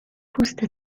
پوست